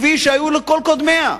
כפי שהיו לכל קודמיה,